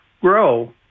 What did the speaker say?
grow